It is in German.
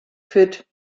fit